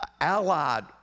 allied